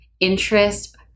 interest